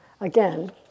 again